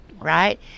Right